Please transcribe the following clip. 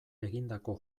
egindako